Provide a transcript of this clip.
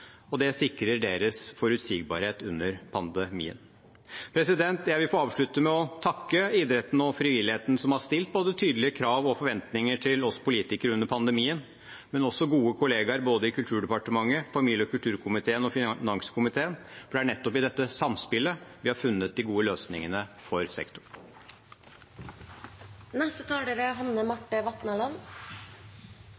Det sikrer deres forutsigbarhet under pandemien. Jeg vil få avslutte med å takke idretten og frivilligheten som har stilt både tydelige krav og forventninger til oss politikere under pandemien, men også gode kollegaer både i Kulturdepartementet, familie- og kulturkomiteen og finanskomiteen, for det er nettopp i dette samspillet vi har funnet de gode løsningene for sektoren. I dag er